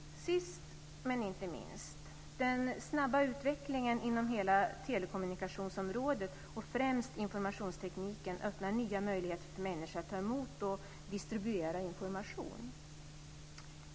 Sist men inte minst: Den snabba utvecklingen inom hela telekommunikationsområdet och främst informationstekniken öppnar nya möjligheter för människor att ta emot och distribuera information.